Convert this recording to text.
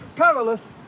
Perilous